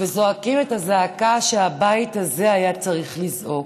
וזועקים את הזעקה שהבית הזה היה צריך לזעוק.